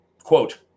quote